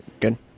Good